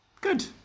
Good